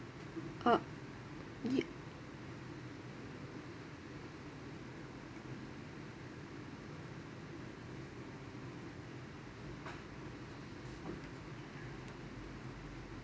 uh it